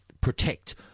protect